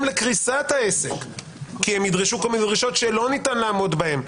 לקריסת העסק כי הם ידרשו כל מיני דרישות שאי אפשר לעמוד בהן.